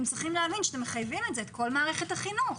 אתם צריכים להבין שאתם מחייבים בזה את כל מערכת החינוך.